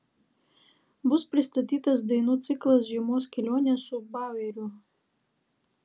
bus pristatytas dainų ciklas žiemos kelionė su baueriu